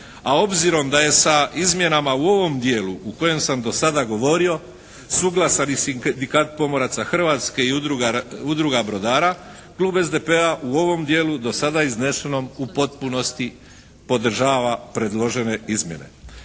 a obzirom da je sa izmjenama u ovom dijelu u kojem sam do sada govorio suglasan i Sindikat pomoraca Hrvatske i Udruga brodara Klub SDP-a u ovom dijelu do sada iznešenom u potpunosti podržava predložene izmjene.